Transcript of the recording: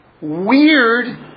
weird